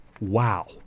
Wow